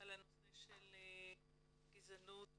על הנושא של גזענות וגיוון.